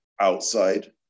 outside